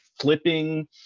flipping